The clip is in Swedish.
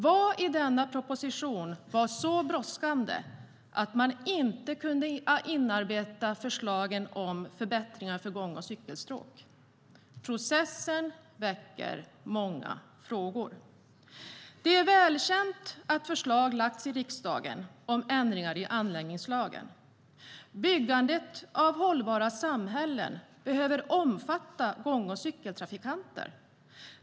Vad i denna proposition var så brådskande att man inte kunde arbeta in förslagen om förbättringar när det gäller gång och cykelstråk? Processen väcker många frågor. Det är välkänt att förslag lagts i riksdagen om ändringar i anläggningslagen. Byggandet av hållbara samhällen behöver omfatta gång och cykeltrafikanter.